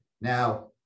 Now